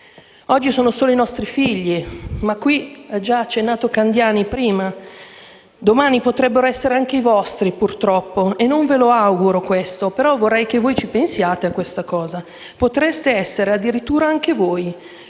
Oggi sono solo i nostri figli, ma qui ha già accennato il senatore Candiani, domani potrebbero essere anche i vostri purtroppo. Non ve lo auguro questo, ma vorrei che voi ci pensaste a questa cosa. Potreste essere addirittura anche voi,